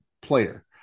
player